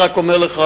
אני מכיר,